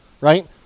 right